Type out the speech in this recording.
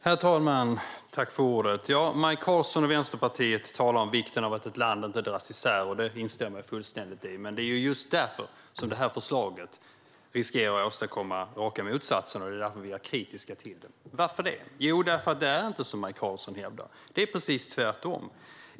Herr talman! Maj Karlsson och Vänsterpartiet talar om vikten av att ett land inte dras isär, och det instämmer jag fullständigt i. Men det är just därför som det här förslaget riskerar att åstadkomma raka motsatsen, och det är därför som vi är kritiska till det. Varför? Jo, för att det inte är som Maj Karlsson hävdar. Det är precis tvärtom.